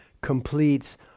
completes